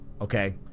Okay